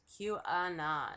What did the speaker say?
QAnon